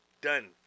done